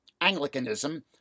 Anglicanism